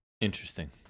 Interesting